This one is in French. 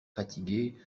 fatigués